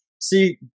See